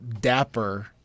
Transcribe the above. dapper